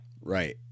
Right